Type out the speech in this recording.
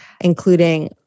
including